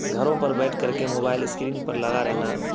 گھروں پر بیٹھ کر کے موبائل اسکرین پر لگا رہنا